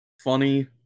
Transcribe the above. funny